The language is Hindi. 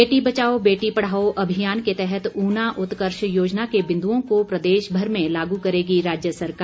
बेटी बचाओ बेटी पढ़ाओ अभियान के तहत ऊना उत्कर्ष योजना के बिन्दुओं को प्रदेश भर में लागु करेगी राज्य सरकार